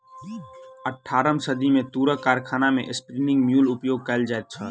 अट्ठारम सदी मे तूरक कारखाना मे स्पिन्निंग म्यूल उपयोग कयल जाइत छल